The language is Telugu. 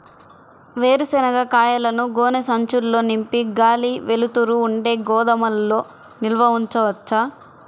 వేరుశనగ కాయలను గోనె సంచుల్లో నింపి గాలి, వెలుతురు ఉండే గోదాముల్లో నిల్వ ఉంచవచ్చా?